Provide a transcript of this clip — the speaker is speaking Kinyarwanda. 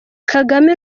kagame